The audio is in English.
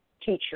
teacher